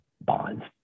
bonds